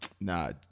nah